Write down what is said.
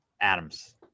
Adams